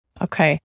Okay